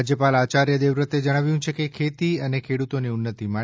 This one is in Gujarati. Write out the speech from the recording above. રાજ્યપાલ આયાર્ય દેવવ્રતે જણાવ્યું છે કે ખેતી અને ખેડૂતોની ઉન્નતી માટે